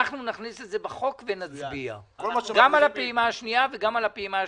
נכניס את בחוק ונצביע גם על הפעימה השנייה וגם על הפעימה השלישית.